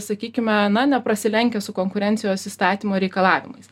sakykime na neprasilenkia su konkurencijos įstatymo reikalavimais